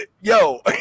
yo